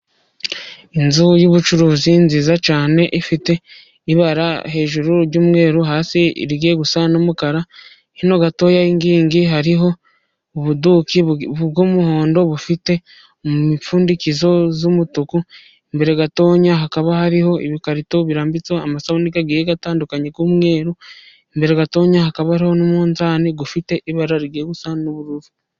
Inzu y'ubucuruzi nziza cyane, ifite ibara hejuru ry'umweru, hasi rigiye gusa n'umukara. Hino gatoya y’inkingi, hariho ubuduki bw'umuhondo bufite imipfundikizo y'umutuku. Imbere gatoya, hakaba hariho ibikarito birambitseho amasabune agiye atandukanye y'umweru. Imbere gatoya, hakaba hariho n'umunzani ufite ibara rigiye gusa n'ubururu.